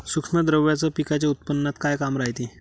सूक्ष्म द्रव्याचं पिकाच्या उत्पन्नात का काम रायते?